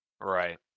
Right